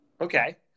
Okay